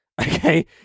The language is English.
okay